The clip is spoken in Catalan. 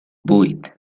vuit